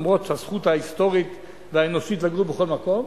אף שהזכות ההיסטורית והאנושית היא לגור בכל מקום,